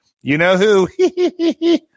you-know-who